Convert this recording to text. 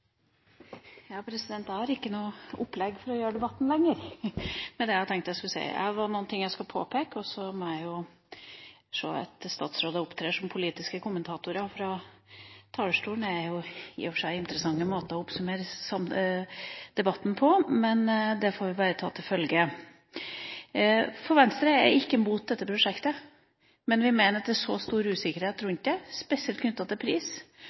Jeg har ikke noe opplegg for å gjøre debatten lenger med det jeg tenkte jeg skulle si. Jeg har bare noe jeg skal påpeke. Jeg ser at statsråder opptrer som politiske kommentatorer fra talerstolen. Det er i og for seg interessante måter å oppsummere debatten på. Det får vi bare ta til følge. Venstre er ikke imot dette prosjektet, men vi mener det er stor usikkerhet rundt det – spesielt knyttet til pris.